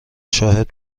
شاهد